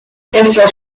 estos